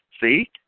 see